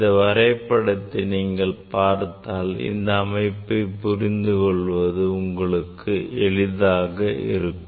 இந்த வரைபடத்தை நீங்கள் பார்த்தால் இந்த அமைப்பை புரிந்து கொள்வது உங்களுக்கு எளிதாக இருக்கும்